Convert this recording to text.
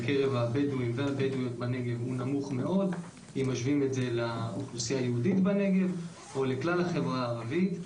אם משווים את זה לאוכלוסייה היהודית בנגב או לכלל החברה הערבית.